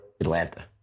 Atlanta